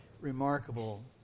remarkable